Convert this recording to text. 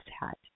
hat